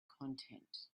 content